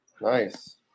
Nice